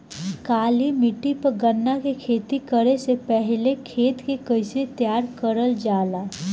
काली मिट्टी पर गन्ना के खेती करे से पहले खेत के कइसे तैयार करल जाला?